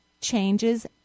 changes